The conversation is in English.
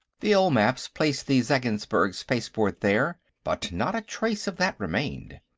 the old maps placed the zeggensburg spaceport there, but not a trace of that remained.